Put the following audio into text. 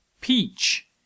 Peach